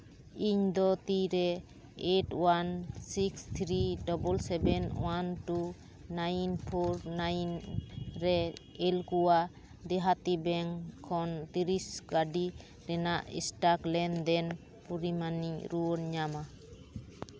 ᱤᱧᱫᱚ ᱛᱤᱨᱮ eight one six three double seven one two nine four nine ᱨᱮ ᱮᱞᱞᱟᱠᱩᱣᱟ ᱫᱮᱦᱟᱛᱤ ᱵᱮᱝᱠ ᱠᱷᱚᱱ ᱛᱤᱨᱤᱥ ᱜᱟᱹᱰᱤ ᱨᱮᱱᱟᱜ ᱥᱴᱟᱠ ᱞᱮᱱᱫᱮᱱ ᱯᱚᱨᱤᱢᱟᱱᱤᱧ ᱨᱩᱣᱟᱹᱲ ᱧᱟᱢᱟ